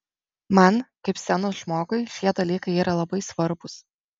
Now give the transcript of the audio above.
man kaip scenos žmogui šie dalykai yra labai svarbūs